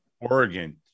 Oregon